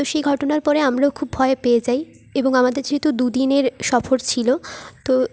তো সেই ঘটনার পরে আমরাও খুব ভয় পেয়ে যাই এবং আমাদের যেহেতু দুদিনের সফর ছিলো তো